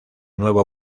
nuevo